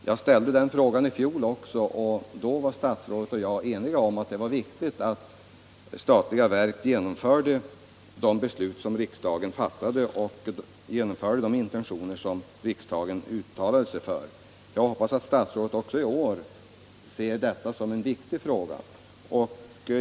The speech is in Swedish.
Jag ställde den frågan i fjol också, och då var statsrådet och jag ense om att det var viktigt att statliga verk genomförde de beslut riksdagen fattat och de intentioner som riksdagen uttalat sig för. Jag hoppas att statsrådet också i år ser detta som en viktig fråga.